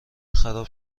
خراب